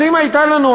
אז אם הייתה לנו,